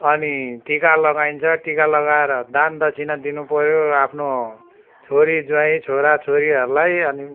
अनि टिका लगाइन्छ टिका लगाएर दान दक्षिणा दिनु पऱ्यो आफ्नो छोरी ज्वाइँ छोरा छोरीहरूलाई अनि